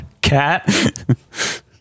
cat